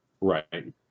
Right